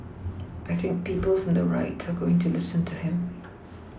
I think people from the right are going to listen to him